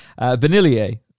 Vanillier